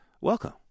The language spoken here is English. Welcome